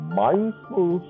mindful